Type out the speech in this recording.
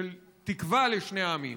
של תקווה לשני העמים.